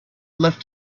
left